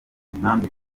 impamvu